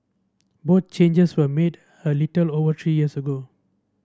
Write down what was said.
both changes were made a little over three years ago